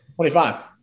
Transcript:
25